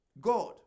God